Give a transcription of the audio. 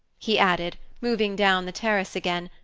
he added, moving down the terrace again,